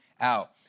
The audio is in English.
out